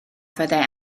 fyddai